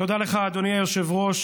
תודה לך, אדוני היושב-ראש.